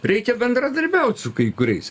reikia bendradarbiaut su kai kuriais